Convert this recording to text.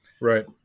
Right